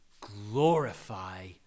glorify